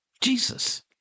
Jesus